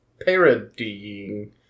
Parodying